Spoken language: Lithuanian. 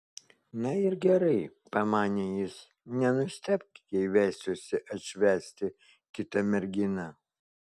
na ir gerai pamanė jis nenustebk jei vesiuosi atšvęsti kitą merginą